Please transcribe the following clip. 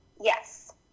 Yes